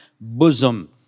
bosom